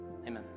amen